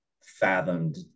fathomed